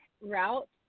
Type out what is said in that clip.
route